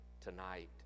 tonight